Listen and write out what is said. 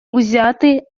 узяти